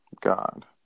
God